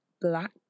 black